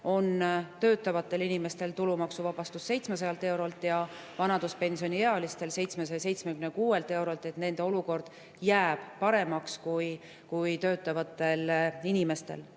on töötavatel inimestel tulumaksuvabastus 700 euroni ja vanaduspensioniealistel 776 euroni, nii et nende olukord jääb paremaks kui töötavatel inimestel.